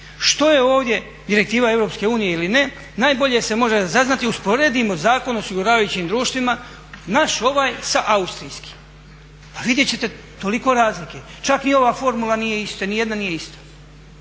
Što je ovdje direktiva EU ili ne najbolje se može razaznati usporedimo Zakon o osiguravajućim društvima naš ovaj sa austrijskim. Pa vidjet ćete toliko razlike, čak ni ova formula nije ista, ni jedna nije istina.